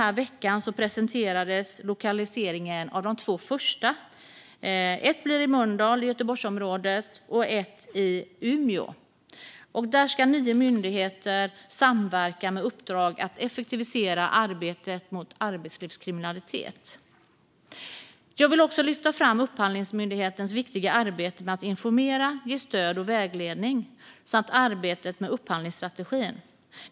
I veckan presenterades lokaliseringen av de två första, ett i Mölndal i Göteborgsområdet och ett i Umeå. Här ska nio myndigheter samverka med uppdrag att effektivisera arbetet mot arbetslivskriminalitet. Jag vill också lyfta fram Upphandlingsmyndighetens viktiga arbete med att informera och ge stöd och vägledning samt arbetet med upphandlingsstrategin.